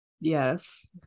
Yes